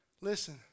Listen